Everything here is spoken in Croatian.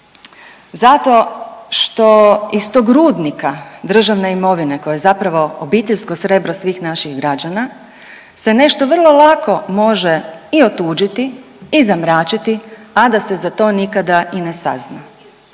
zato što iz tog rudnika državne imovine koja je zapravo obiteljsko srebro svih naših građana se nešto vrlo lako može i otuđiti i zamračiti, a da se za to nikada i ne sazna.